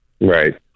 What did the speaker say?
Right